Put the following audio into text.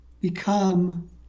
become